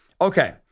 Okay